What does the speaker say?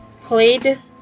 played